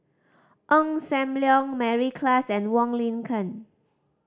Ong Sam Leong Mary Klass and Wong Lin Ken